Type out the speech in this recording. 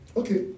okay